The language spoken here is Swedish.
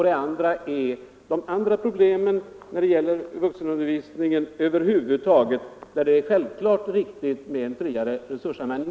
Den andra rör problemen för vuxenundervisningen över huvud taget, och där är det självfallet riktigt med en friare resursanvändning.